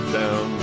down